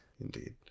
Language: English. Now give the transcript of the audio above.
indeed